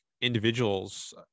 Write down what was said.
individuals